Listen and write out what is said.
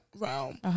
realm